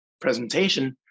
presentation